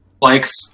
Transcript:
likes